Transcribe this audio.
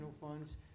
funds